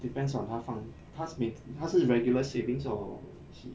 depends on 他放他是每他是 regular savings or he